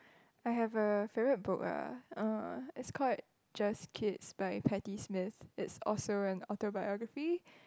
I have a favourite book ah uh it's called it Just Kids by Patti-Smith is also an autobiography